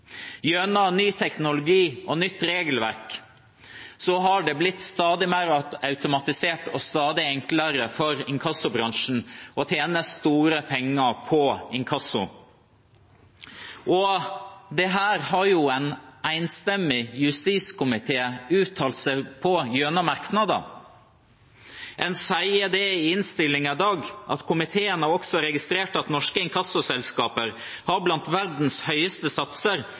Gjennom ny teknologi og nytt regelverk har det blitt stadig mer automatisert og stadig enklere for inkassobransjen å tjene store penger på inkasso. Dette har en enstemmig justiskomité uttalt seg om gjennom merknader. En sier i innstillinga i dag: «Komiteen har også registrert at norske inkassoselskaper har blant verdens høyeste satser,